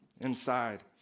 inside